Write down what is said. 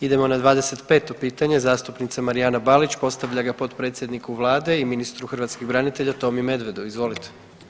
Idemo na 25. pitanje zastupnica Marijana Balić postavlja ga potpredsjedniku vlade i ministru hrvatskih branitelja Tomi Medvedu, izvolite.